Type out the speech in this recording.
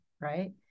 right